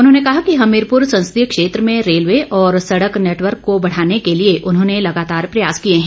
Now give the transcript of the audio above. उन्होंने कहा कि हमीरपुर संसदीय क्षेत्र में रेलवे और सड़क नेटवर्क को बढ़ाने के लिए उन्होंने लगातार प्रयास किए हैं